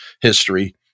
history